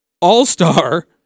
all-star